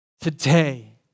today